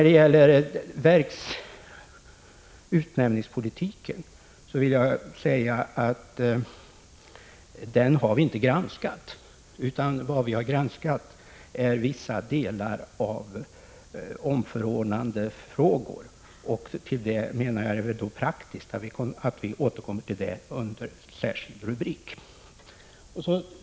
Beträffande utnämningspolitiken vill jag säga att vi inte har granskat den. Vad vi har granskat är vissa delar av omförordnandefrågor. Jag menar att det då är praktiskt att vi återkommer till detta under särskild rubrik.